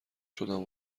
شدم